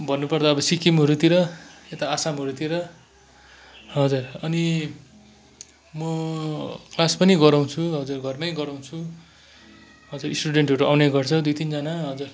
भन्नुपर्दा सिक्किमहरूतिर यता आसामहरूतिर हजुर अनि म क्लास पनि गराउँछु हजुर घरमै गराउँछु हजुर स्टुडेन्टहरू आउने गर्छ दुई तिनजना हजुर